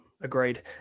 Agreed